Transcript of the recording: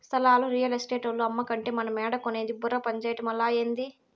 స్థలాలు రియల్ ఎస్టేటోల్లు అమ్మకంటే మనమేడ కొనేది బుర్ర పంజేయటమలా, ఏంది